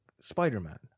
Spider-Man